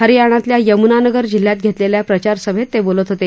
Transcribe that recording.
हरियाणातल्या यमुनानगर जिल्ह्यात घेतलेल्या प्रचार सभेत ते बोलत होते